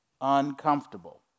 uncomfortable